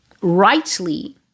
rightly